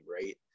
right